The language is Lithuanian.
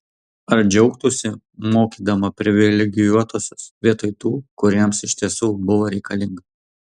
ar džiaugtųsi mokydama privilegijuotuosius vietoj tų kuriems iš tiesų buvo reikalinga